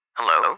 Hello